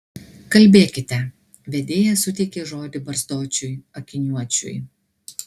kalbėkite vedėja suteikė žodį barzdočiui akiniuočiui